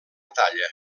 talla